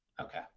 Okay